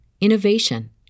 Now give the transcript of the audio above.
innovation